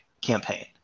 campaign